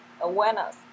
awareness